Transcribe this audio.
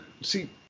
see